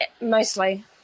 mostly